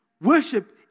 Worship